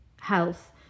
health